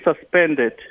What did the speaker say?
suspended